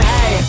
Hey